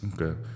Okay